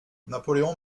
napoléon